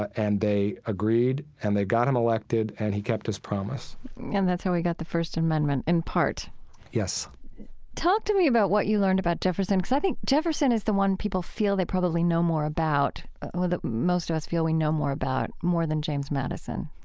ah and they agreed and they got him elected and he kept his promise and that's how we got the first amendment, in part yes talk to me about what you learned about jefferson, because i think jefferson is the one people feel they probably know more about or that most of us feel we know more about, more than james madison.